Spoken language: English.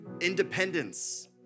independence